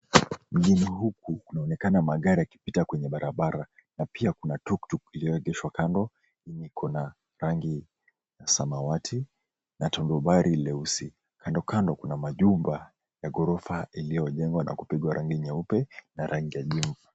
Mjini huku kunaonekana magari yakipita kwenye barabara na pia kuna tuktuk ilioegeshwa kando. Iko na rangi ya samawati na tondubari leusi. Kandokando kuna majumba ya ghorofa iliojengwa na kupigwa rangi nyeupe na rangi ya jivu.